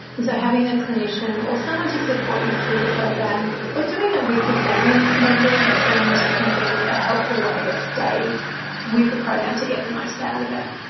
and so having a clinician or someone to support you through the program or doing it with a family member or friend can be a helpful way to stay with the program to get the most out of it.